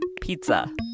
pizza